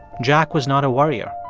jack was not a worrier.